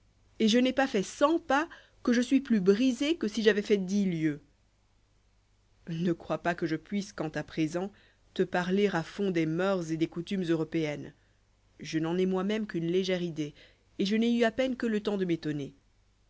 et je n'ai pas fait cent pas que je suis plus brisé que si j'avais fait dix lieues ne crois pas que je puisse quant à présent te parler à fond des mœurs et des coutumes européennes je n'en ai moi-même qu'une légère idée et je n'ai eu à peine que le temps de m'étonner